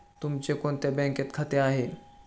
तुमचे कोणत्या बँकेत खाते आहे?